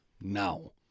now